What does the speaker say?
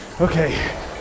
Okay